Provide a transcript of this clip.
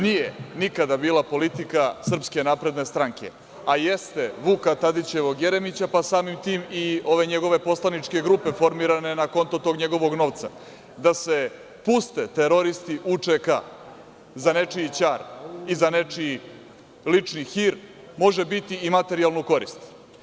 Nije nikada bila politika SNS, a jeste Vuka Tadićevog Jeremića, pa samim tim i ove njegove poslaničke grupe formirane na konto tog njegovog novca, da se puste teroristi UČK-a za nečiji ćar i za nečiji lični hir, može biti i materijalnu korist.